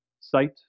Sight